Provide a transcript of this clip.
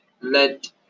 let